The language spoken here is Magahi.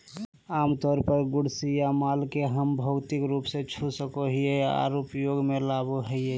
आमतौर पर गुड्स या माल के हम भौतिक रूप से छू सको हियै आर उपयोग मे लाबो हय